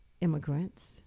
immigrants